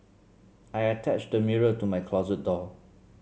I attached the mirror to my closet door